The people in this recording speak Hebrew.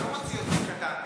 אתה לא מוציא אותי קטן בזה.